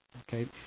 okay